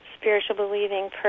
spiritual-believing